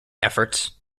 efforts